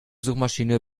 suchmaschiene